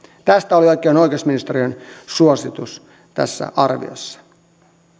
tästä oli oikein oikeusministeriön suositus tässä arviossa